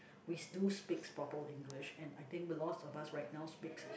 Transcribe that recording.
we do speaks proper English and I think lots of us right now sepaks